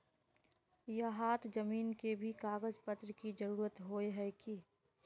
यहात जमीन के भी कागज पत्र की जरूरत होय है की?